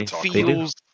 feels